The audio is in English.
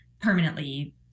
permanently